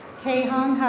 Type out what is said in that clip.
tayhong hue.